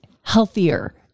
healthier